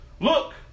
Look